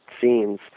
scenes